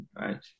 right